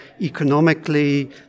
economically